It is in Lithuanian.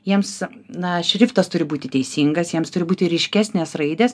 jiems na šriftas turi būti teisingas jiems turi būti ryškesnės raidės